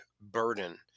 burden